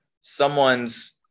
someone's